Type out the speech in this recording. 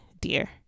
dear